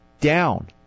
Down